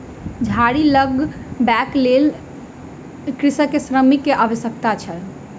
झाड़ी लगबैक लेल कृषक के श्रमिक के आवश्यकता छल